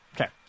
Okay